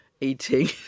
eating